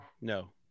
No